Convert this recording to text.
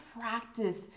practice